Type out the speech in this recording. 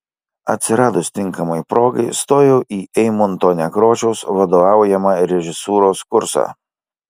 atsiradus tinkamai progai stojau į eimunto nekrošiaus vadovaujamą režisūros kursą